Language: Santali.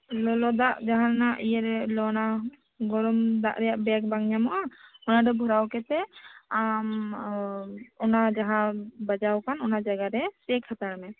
ᱞᱚᱞᱚ ᱫᱟᱜ ᱡᱟᱦᱟᱱᱟᱜ ᱤᱭᱟᱹᱨᱮ ᱚᱱᱟ ᱜᱚᱨᱚᱢ ᱫᱟᱜ ᱨᱮᱭᱟᱜ ᱵᱮᱜᱽ ᱵᱟᱝ ᱧᱟᱢᱚᱜᱼᱟ ᱚᱱᱟ ᱨᱮ ᱵᱷᱚᱨᱟᱣ ᱠᱟᱛᱮᱫ ᱟᱢ ᱚᱱᱟ ᱡᱟᱦᱟᱸᱢ ᱵᱟᱡᱟᱣ ᱟᱠᱟᱱ ᱚᱱᱟ ᱡᱟᱭᱜᱟᱨᱮ ᱥᱮᱠ ᱦᱟᱛᱟᱲ ᱢᱮ